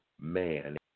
man